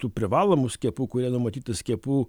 tų privalomų skiepų kurie numatyta skiepų